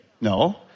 No